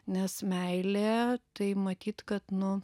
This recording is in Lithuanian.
nes meilė tai matyt kad nu